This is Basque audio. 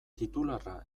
titularra